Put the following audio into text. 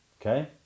Okay